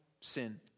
sin